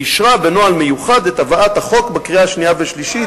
אישרה בנוהל מיוחד את הבאת החוק לקריאה שנייה ולקריאה שלישית.